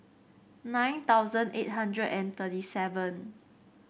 nine thousand eight hundred and thirty seven